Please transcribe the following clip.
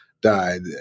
died